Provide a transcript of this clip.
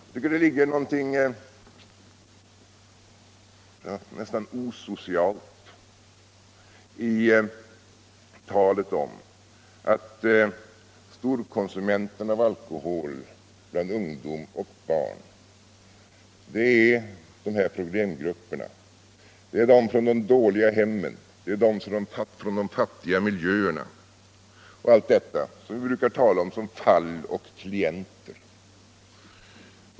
Jag tycker det ligger någonting nästan osocialt i talet om att storkonsumenterna av alkohol bland ungdom och barn är de här problemgrupperna — det är de som kommer från de dåliga hemmen, det är de som kommer från de fattiga miljöerna och alla dessa som vi brukar tala om som fall och klienter.